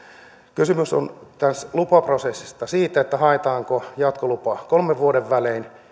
kysymys on tässä lupaprosessissa siitä haetaanko jatkolupa kolmen vuoden välein